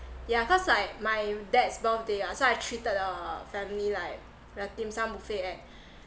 yeah cause like my dad's birthday ah so I treated the family like dim sum buffet at